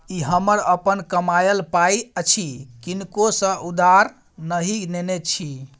ई हमर अपन कमायल पाय अछि किनको सँ उधार नहि नेने छी